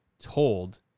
told